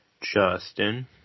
Justin